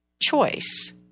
choice